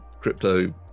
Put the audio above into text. crypto